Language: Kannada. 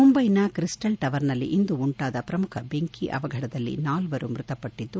ಮುಂಬೈನ ಕ್ರಿಸ್ಸಲ್ ಟವರ್ನಲ್ಲಿ ಇಂದು ಉಂಟಾದ ಪ್ರಮುಖ ಬೆಂಕಿ ಅವಘಡದಲ್ಲಿ ನಾಲ್ವರು ಮೃತಪಟ್ಲದ್ದು